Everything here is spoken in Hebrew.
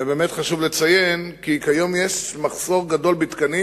אכן חשוב לציין כי כיום יש מחסור גדול בתקנים